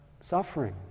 suffering